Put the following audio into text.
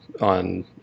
on